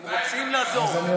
הם רוצים לעזור.